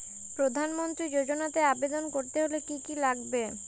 প্রধান মন্ত্রী যোজনাতে আবেদন করতে হলে কি কী লাগবে?